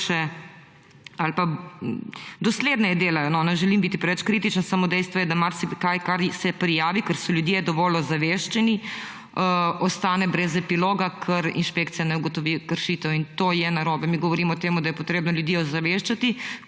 ali pa dosledneje delajo. Ne želim biti preveč kritična, samo dejstvo je, da marsikaj, kar se prijavi, ker so ljudje dovolj ozaveščeni, ostane brez epiloga, ker inšpekcija ne ugotovi kršitev. In to je narobe. Mi govorimo o tem, da je treba ljudi ozaveščati.